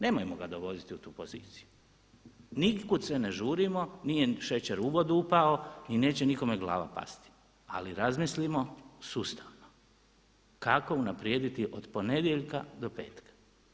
Nemojmo ga dovoditi u tu poziciju, nikud se ne žurimo, nije šećer u vodu upao i neće nikome glava pasti ali razmislimo sustavno kako unaprijediti od ponedjeljka do petka.